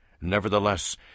Nevertheless